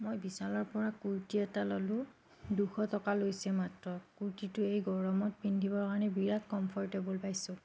মই বিশালৰ পৰা কুৰ্তি এটা ল'লো দুশ টকা লৈছে মাত্ৰ কুৰ্তিটো এই গৰমত পিন্ধিবৰ কাৰণে বিৰাট কমফৰটেবল পাইছোঁ